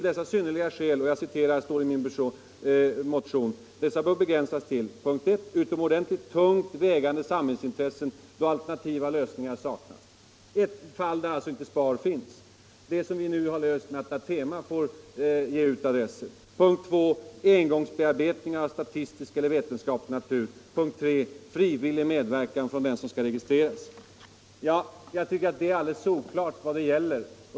Dessa synnerliga skäl bör, skriver jag i min motion, begränsas till "= utomordentligt tungt vägande samhällsintressen då alternativa lösningar saknas” — det avser alltså det fall då SPAR inte finns; det har vi nu löst genom att Datema får ge ut adresser —”- frivillig medverkan från dem som skall registreras”. Jag tycker att det är solklart vad det gäller.